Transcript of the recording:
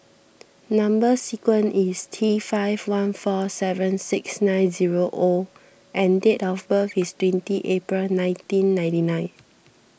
Number Sequence is T five one four seven six nine zero O and date of birth is twenty April nineteen ninety nine